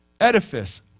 edifice